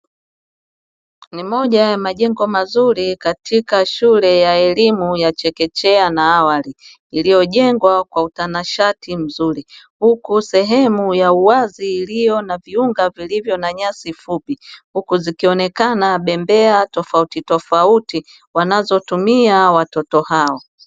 Ni moja ya majengo mazuri katika shule ya elimu ya chekechea na awali iliyojengwa kwa utanashati mzuri, huku sehemu ya uwazi iliyo na viunga vilivyo na nyasi fupi, huku zikionekana bembea tofautitofauti wanazotumia watoto hao.